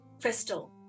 crystal